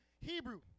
Hebrew